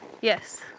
Yes